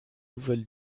nouvelle